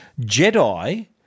Jedi –